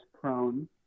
prone